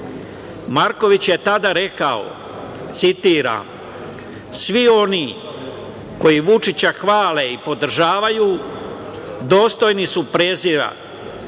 Marković je tada rekao, citiram – svi oni koji Vučića hvale i podržavaju dostojni su prezira,